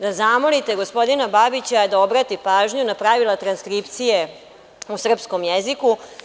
Zamolite gospodina Babića da obrati pažnju na pravila transkripcije u srpskom jeziku.